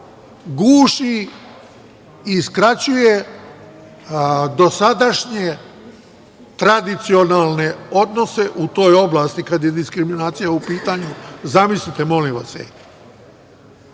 guši i skraćuje dosadašnje tradicionalne odnose u toj oblasti, kad je diskriminacija u pitanju. Zamislite molim vas.